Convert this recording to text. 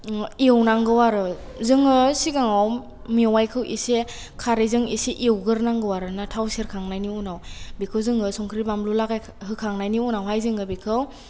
एवनांगौ आरो जोङो सिगांआव मेवाइखौ एसे खारैजों एसे एवग्रोनांगौ आरोना थाव सेरखांनायनि उनाव बेखौ जोङो संख्रि बानलु लगाय होखांनायनि उनावहाय जोङो बेखौ